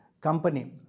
company